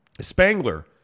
Spangler